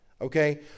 okay